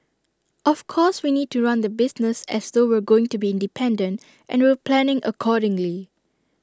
of course we need to run the business as though we're going to be independent and we're planning accordingly